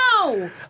no